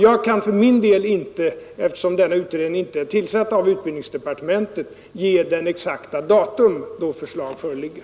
Jag kan för min del, eftersom denna utredning inte är tillsatt av utbildningsdepartementet, inte ge exakt datum då förslag föreligger.